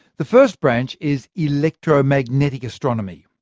the first branch is electromagnetic astronomy.